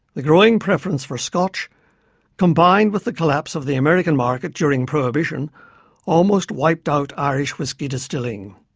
the growing preference for scotch combined with the collapse of the american market during prohibition almost wiped out irish whiskey distilling.